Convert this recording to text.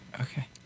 Okay